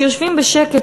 שיושבים בשקט,